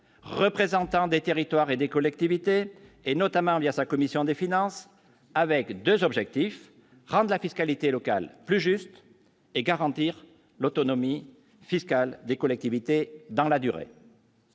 représentant des territoires et des collectivités et notamment via sa commission des finances, avec 2 objectifs rendent la fiscalité locale plus juste et garantir l'autonomie fiscale des collectivités dans la durée,